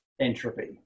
entropy